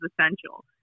essential